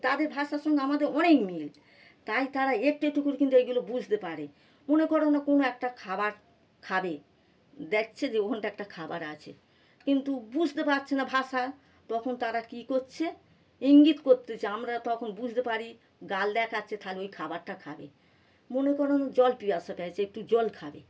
তাদের ভাষার সঙ্গে আমাদের অনেক মিল তাই তারা একটু একটু করে কিন্তু এগুলো বুঝ তে পারে মনে করো না কোনো একটা খাবার খাবে দেখছে যে ওখানটা একটা খাবার আছে কিন্তু বুঝতে পাচ্ছে না ভাষা তখন তারা কী করছে ইঙ্গিত করছে আমরা তখন বুঝতে পারি গাল দেখাচ্ছে তাহলে ওই খাবারটা খাবে মনে করুন জল পিপাসা পেয়েছে একটু জল খাবে